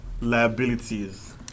liabilities